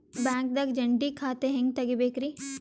ಬ್ಯಾಂಕ್ದಾಗ ಜಂಟಿ ಖಾತೆ ಹೆಂಗ್ ತಗಿಬೇಕ್ರಿ?